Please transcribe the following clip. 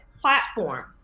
platform